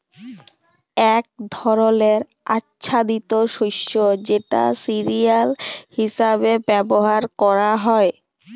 এক ধরলের আচ্ছাদিত শস্য যেটা সিরিয়াল হিসেবে ব্যবহার ক্যরা হ্যয়